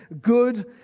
good